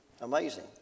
Amazing